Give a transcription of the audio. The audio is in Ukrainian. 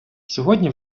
сьогодні